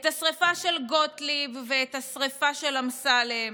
את השרפה של גוטליב ואת השרפה של אמסלם,